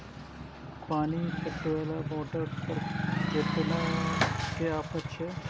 पानी पटवेवाला मोटर पर केतना के ऑफर छे?